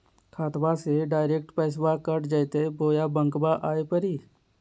खाताबा से डायरेक्ट पैसबा कट जयते बोया बंकबा आए परी?